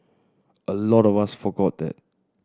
a lot of us forgot that